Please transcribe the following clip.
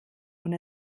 und